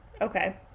Okay